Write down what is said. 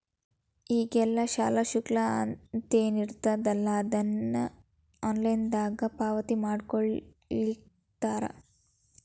ಈಗೆಲ್ಲಾ ಶಾಲಾ ಶುಲ್ಕ ಅಂತೇನಿರ್ತದಲಾ ಅದನ್ನ ಆನ್ಲೈನ್ ದಾಗ ಪಾವತಿಮಾಡ್ಕೊಳ್ಳಿಖತ್ತಾರ